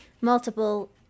multiple